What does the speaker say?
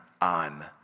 on